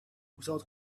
without